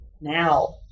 now